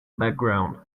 background